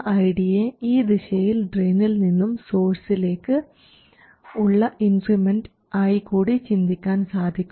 ΔID യെ ഈ ദിശയിൽ ഡ്രയിനിൽ നിന്നും സോഴ്സിലേക്ക് ഉള്ള ഇൻക്രിമെൻറ് ആയി കൂടി ചിന്തിക്കാൻ സാധിക്കും